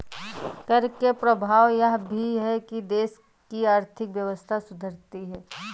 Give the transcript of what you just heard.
कर के प्रभाव यह भी है कि देश की आर्थिक व्यवस्था सुधरती है